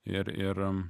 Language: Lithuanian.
ir ir